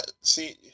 see